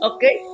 Okay